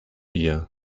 ihr